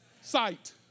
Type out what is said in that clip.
sight